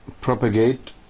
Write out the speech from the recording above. propagate